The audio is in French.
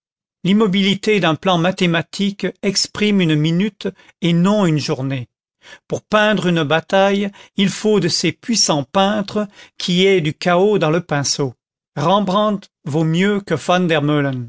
l'immobilité d'un plan mathématique exprime une minute et non une journée pour peindre une bataille il faut de ces puissants peintres qui aient du chaos dans le pinceau rembrandt vaut mieux que van